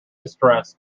distress